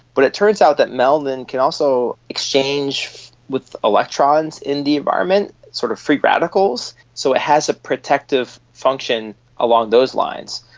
but it turns out that melanin can also exchange with electrons in the environment, sort of free radicals. so it has a protective function along those lines.